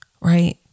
Right